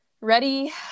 Ready